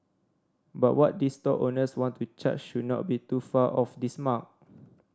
but what these stall owners want to charge should not be too far off this mark